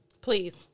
please